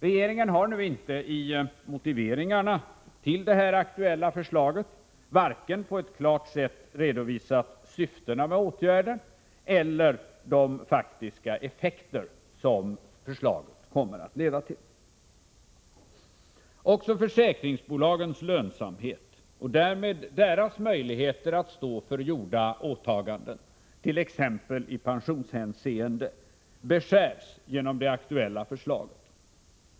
Regeringen har inte i motiveringarna till det aktuella förslaget på ett klart sätt redovisat vare sig syftena med åtgärden eller de faktiska effekter som förslaget kommer att leda till. Också försäkringsbolagens lönsamhet och därmed deras möjligheter att stå för gjorda åtaganden, t.ex. i pensionshänseende, beskärs genom det aktuella förslaget.